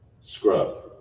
scrub